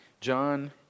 John